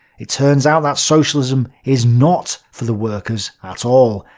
it turns out that socialism is not for the workers at all,